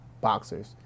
boxers